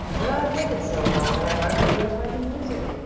but i've waited so long that i hardly know if i can use it.